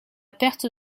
perte